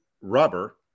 rubber